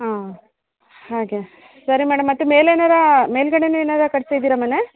ಹೂಂ ಹಾಗೆ ಸರಿ ಮೇಡಮ್ ಮತ್ತು ಮೇಲೆ ಏನಾರು ಮೇಲ್ಗಡೇನು ಏನಾರೂ ಕಟ್ಸಿದ್ದೀರಾ ಮನೆ